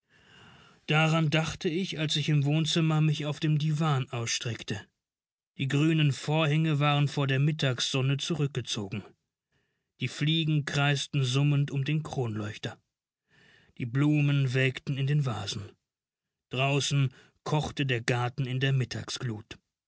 daran dachte ich als ich im wohnzimmer mich auf dem diwan ausstreckte die grünen vorhänge waren vor der mittagssonne zurückgezogen die fliegen kreisten summend um den kronleuchter die blumen welkten in den vasen draußen kochte der garten in der mittagsglut